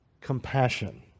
compassion